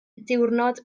diwrnod